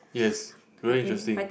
yes very interesting